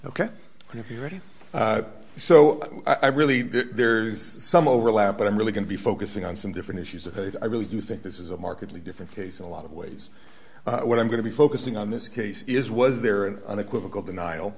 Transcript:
ok if you're ready so i really there's some overlap but i'm really going to be focusing on some different issues ahead i really do think this is a markedly different case in a lot of ways what i'm going to be focusing on this case is was there an unequivocal denial